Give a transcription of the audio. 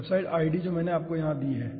website ID जो मैंने यहां दी है